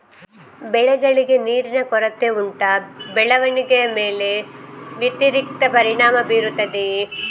ಬೆಳೆಗಳಿಗೆ ನೀರಿನ ಕೊರತೆ ಉಂಟಾ ಬೆಳವಣಿಗೆಯ ಮೇಲೆ ವ್ಯತಿರಿಕ್ತ ಪರಿಣಾಮಬೀರುತ್ತದೆಯೇ?